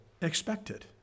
expected